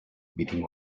beating